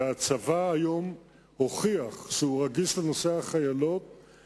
הצבא היום הוכיח שהוא רגיש לנושא החיילות,